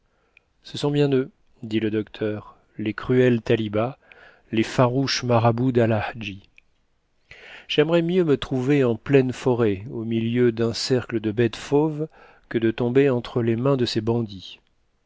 ce sont bien eux dit le docteur les cruels talibas les farouches marabouts dal eladji j'aimerais mieux me trouver en pleine forêt au milieu d'un cercle de bêtes fauves que de tomber entre les mains de ces bandits